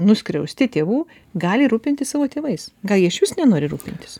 nuskriausti tėvų gali rūpintis savo tėvais gal jie išvis nenori rūpintis